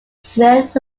smith